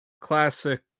classic